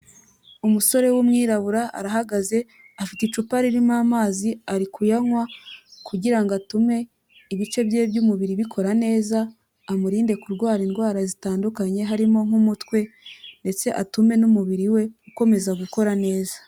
Umusore w'umwirabura arahagaze afite icupa ririmo amazi ari kuyanywa kugira ngo atume ibice by'iwe by'umubiri bikora neza, amurinde kurwara indwara zitandukanye harimo nk'umutwe ndetse atume n'umubiri we ukomeza gukora neza.